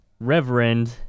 reverend